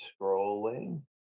scrolling